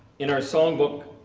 in our song book,